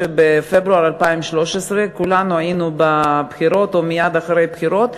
שבפברואר 2013 כולנו היינו בבחירות או מייד אחרי הבחירות,